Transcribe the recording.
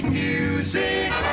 music